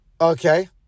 Okay